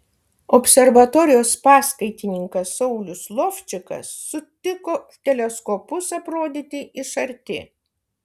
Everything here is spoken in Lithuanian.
observatorijos paskaitininkas saulius lovčikas sutiko teleskopus aprodyti iš arti